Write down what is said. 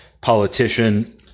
politician